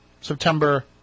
September